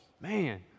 man